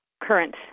current